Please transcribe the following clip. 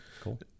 Cool